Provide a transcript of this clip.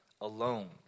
alone